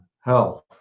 health